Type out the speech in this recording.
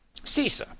CISA